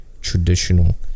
traditional